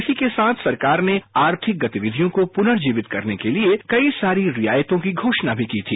इसी के साथ सरकार ने आर्थिक गतिविधियों को प्नर्जीवित करने के लिए कई सारी रियायतों की घोषणा मी की थी